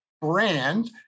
brand